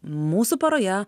mūsų poroje